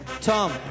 Tom